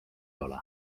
ole